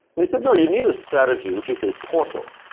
he said, no. you need a strategy, which is a portal.